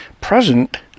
present